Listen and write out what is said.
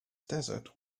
desert